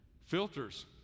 Filters